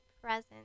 present